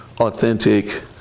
authentic